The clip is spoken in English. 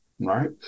right